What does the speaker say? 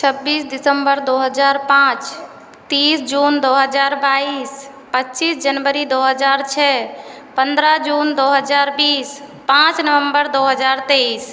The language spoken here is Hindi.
छब्बीस दिसंबर दो हज़ार पाँच तीस जून दो हज़ार बाईस पच्चीस जनवरी दो हज़ार छः पन्द्रह जून दो हज़ार बीस पाँच नवंबर दो हज़ार तेईस